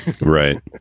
Right